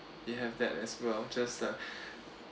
we have that as well just that